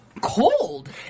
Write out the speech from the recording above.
cold